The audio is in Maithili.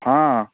हँ